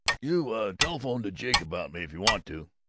you telephone to jake about me, if you want to.